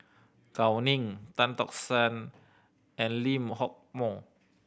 Gao Ning Tan Tock San and Lee Hock Moh